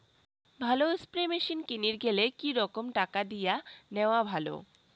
ভালো spray machine কিনির গেলে কি রকম টাকা দিয়া নেওয়া ভালো?